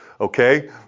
okay